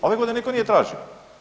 Ove godine nitko nije tražio.